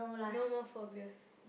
no more phobia